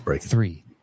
three